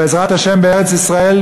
בארץ-ישראל,